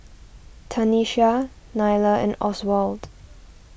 Tanisha Nylah and Oswald